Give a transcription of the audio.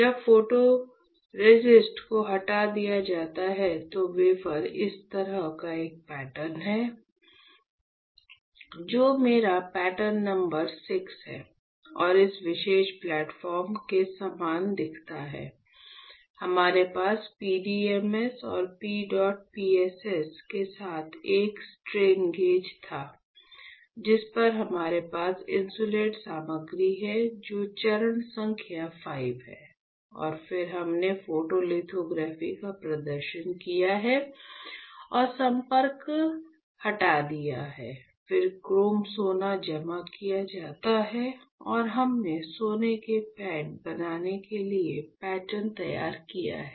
जब फोटोरेसिस्ट को हटा दिया जाता है तो वेफर इस तरह का एक पैटर्न है जो मेरे पैटर्न नंबर VI हैं और इस विशेष प्लेटफॉर्म के समान दिखता है हमारे पास PDMS और PEDOT PSS के साथ एक स्ट्रेन गेज था जिस पर हमारे पास इन्सुलेट सामग्री है जो चरण संख्या V है और फिर हमने फोटोलिथोग्राफी का प्रदर्शन किया है और संपर्क हटा दिया है फिर क्रोम सोना जमा किया जाता है और हमने सोने के पैड बनाने के लिए पैटर्न तैयार किया है